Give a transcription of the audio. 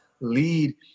lead